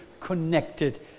connected